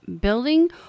building